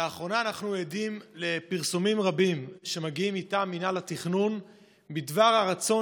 לאחרונה אנחנו עדים לפרסומים רבים שמגיעים מטעם מינהל התכנון בדבר הרצון